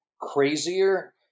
crazier